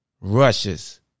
rushes